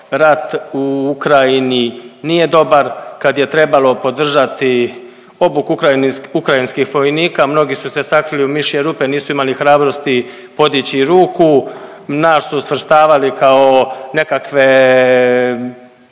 rat u Ukrajini nije dobar. Kad je trebalo podržati obuku ukrajinskih vojnika mnogi su se sakrili u mišje rupe nisu imali hrabrosti podići ruku. Nas su svrstavali kao nekakve